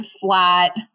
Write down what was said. flat